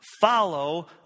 follow